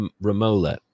Romola